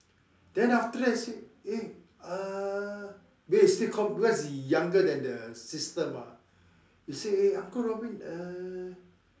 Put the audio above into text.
then after that say eh err then he still call because he younger then the sister mah he say uncle Robin err